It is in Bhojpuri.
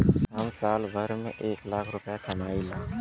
हम साल भर में एक लाख रूपया कमाई ला